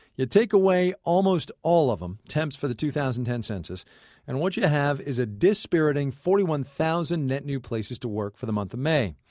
you take away almost all of em temps for the two thousand and ten census and what you have is a dispiriting forty one thousand net new places to work for the month of may.